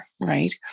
Right